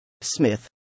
Smith